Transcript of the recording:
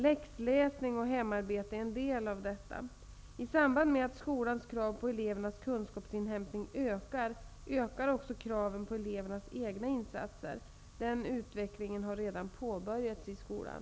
Läxläsning och hemarbete är en del av detta. I samband med att skolans krav på elevernas kunskapsinhämtning ökar, ökar också kraven på elevernas egna insatser. Denna utveckling har redan påbörjats i skolan.